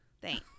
Thanks